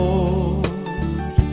Lord